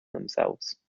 themselves